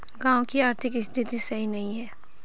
गाँव की आर्थिक स्थिति सही नहीं है?